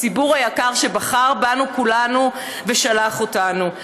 לציבור היקר שבחר בנו כולנו ושלח אותנו.